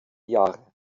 jahre